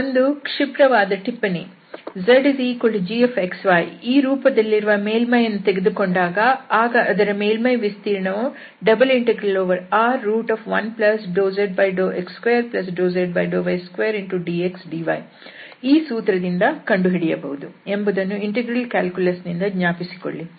ಒಂದು ಕ್ಷಿಪ್ರವಾದ ಟಿಪ್ಪಣಿ ನಾವು zgxy ಈ ರೂಪದಲ್ಲಿರುವ ಮೇಲ್ಮೈಯನ್ನು ತೆಗೆದುಕೊಂಡಾಗ ಆಗ ಅದರ ಮೇಲ್ಮೈ ವಿಸ್ತೀರ್ಣವನ್ನು ∬R1∂z∂x2∂z∂y2dxdy ಈ ಸೂತ್ರದಿಂದ ಕಂಡುಹಿಡಿಯಬಹುದು ಎಂಬುದನ್ನು ಇಂಟೆಗ್ರಲ್ ಕ್ಯಾಲ್ಕುಲಸ್ ನಿಂದ ಜ್ಞಾಪಿಸಿಕೊಳ್ಳಿ